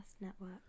Network